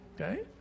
Okay